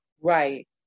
Right